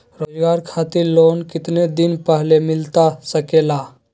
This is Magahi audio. रोजगार खातिर लोन कितने दिन पहले मिलता सके ला?